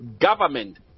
government